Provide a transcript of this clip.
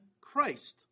Christ